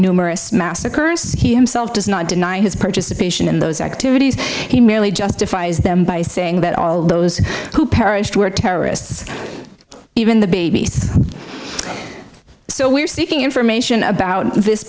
numerous mass occurrences he himself does not deny his participation in those activities he merely justifies them by saying that all those who perished were terrorists even the babies so we're seeking information about this